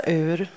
ur